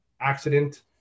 accident